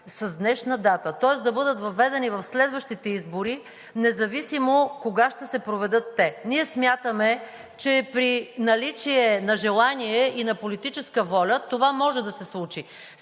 с днешна дата, тоест да бъдат въведени в следващите избори, независимо кога ще се проведат те. Ние смятаме, че при наличие на желание и на политическа воля това може да се случи.